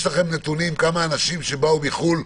יש לכם נתונים כמה אנשים שבאו מחו"ל,